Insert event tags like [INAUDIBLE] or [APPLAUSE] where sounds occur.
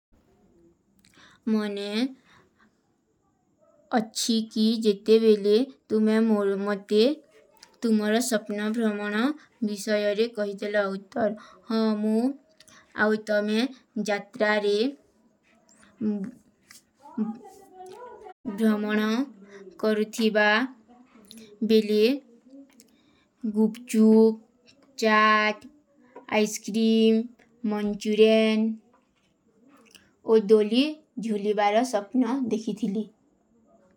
ମନେ ଅଚ୍ଛୀ କୀ ଜେତେ ବେଲେ ତୁମ୍ହେ ମୋର ମତେ ତୁମ୍ହରା ସପ୍ନା ଭ୍ରାମନା ଵିଶଯାରେ କହିତେ ଲାଊତର ହାମୂ ଆଉତମେ ଜାତ୍ରାରେ [HESITATION] ଭ୍ରାମନା କରୁଠୀବା ବେଲେ ଗୁପଚୂ। ଚାଟ, ଐସ୍କ୍ରୀମ, ମନ୍ଚୁରେନ ଔର ଦୋଲୀ ଜୁଲିବାରା ସପ୍ନା ଦେଖୀ ଥିଲୀ।